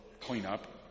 cleanup